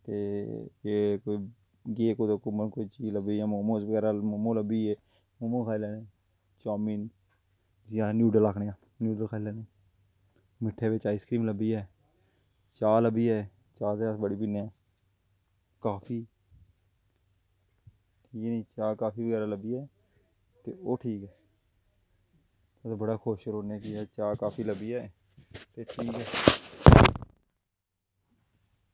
ते एह् गे कुदै घूमन कोई चीज लब्भी जाए मोमोस लब्भी गे मोमोस खाई लैने चामिन जिसी अस नूडल आखने आं नूडल खाई लैने मिट्ठे बिच्च आईस क्रीम लब्भी जाए चाह् लब्भी जाए चाह् ते अस बड़ी पीन्ने आं काफी ठीक ऐ नी चाह् काफी बगैरा लब्भी जाए ते ओह् ठीक ऐ ते अस बड़ा खुश रौह्न्ने कि चाह् काफी लब्भी जाए ते फ्ही